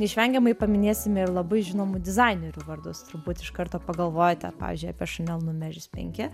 neišvengiamai paminėsime ir labai žinomų dizainerių vardus turbūt iš karto pagalvojote pavyzdžiui apie chanel numeris penki